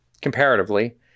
comparatively